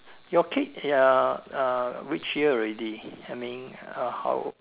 your kid ya uh which year already I mean uh how